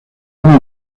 una